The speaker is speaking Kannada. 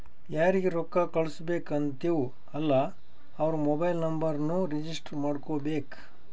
ಯಾರಿಗ ರೊಕ್ಕಾ ಕಳ್ಸುಬೇಕ್ ಅಂತಿವ್ ಅಲ್ಲಾ ಅವ್ರ ಮೊಬೈಲ್ ನುಂಬರ್ನು ರಿಜಿಸ್ಟರ್ ಮಾಡ್ಕೋಬೇಕ್